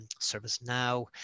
ServiceNow